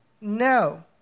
No